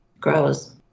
grows